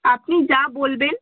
আপনি যা বলবেন